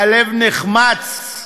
הלב נחמץ,